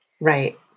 right